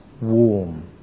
warm